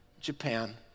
Japan